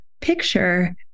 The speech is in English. picture